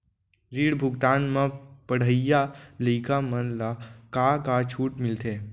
ऋण भुगतान म पढ़इया लइका मन ला का का छूट मिलथे?